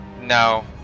No